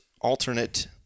alternate